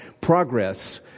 progress